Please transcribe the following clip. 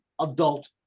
adult